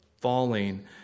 falling